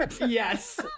Yes